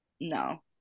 No